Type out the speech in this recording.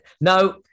no